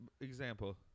Example